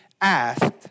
asked